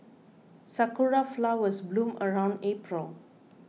sakura flowers bloom around April